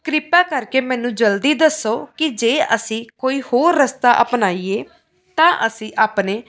ਕ੍ਰਿਪਾ ਕਰਕੇ ਮੈਨੂੰ ਜਲਦੀ ਦੱਸੋ ਕਿ ਜੇ ਅਸੀਂ ਕੋਈ ਹੋਰ ਰਸਤਾ ਅਪਣਾਈਏ ਤਾਂ ਅਸੀਂ ਆਪਣੇ